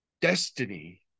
destiny